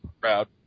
proud